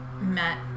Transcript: met